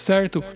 Certo